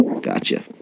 Gotcha